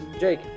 Jake